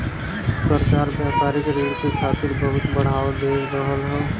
सरकार व्यापारिक ऋण के खातिर बहुत बढ़ावा दे रहल हौ